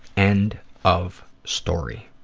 end of story.